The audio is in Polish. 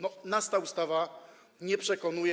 Nas ta ustawa nie przekonuje.